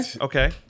Okay